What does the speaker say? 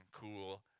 cool